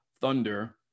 Thunder